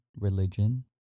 religion